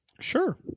Sure